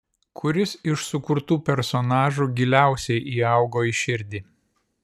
kuris iš sukurtų personažų giliausiai įaugo į širdį